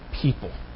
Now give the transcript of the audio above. people